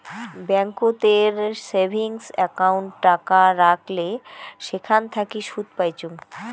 ব্যাংকোতের savings account টাকা রাখলে সেখান থাকি সুদ পাইচুঙ